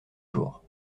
jour